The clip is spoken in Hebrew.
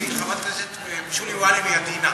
כי חברת הכנסת שולי מועלם היא עדינה,